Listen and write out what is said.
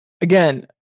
again